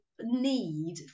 need